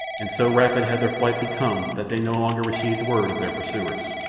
and so rapid had their flight become that they no longer received word of their pursuers.